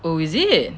oh is it